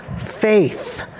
faith